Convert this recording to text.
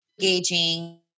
engaging